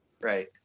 Right